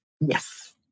Yes